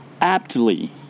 aptly